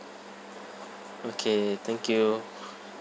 okay thank you